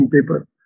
paper